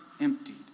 emptied